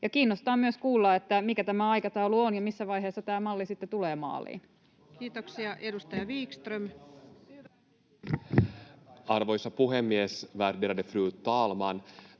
Kiinnostaa myös kuulla, mikä tämä aikataulu on ja missä vaiheessa tämä malli sitten tulee maaliin. Kiitoksia. — Edustaja Wickström. Arvoisa puhemies, värderade fru talman!